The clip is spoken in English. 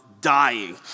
dying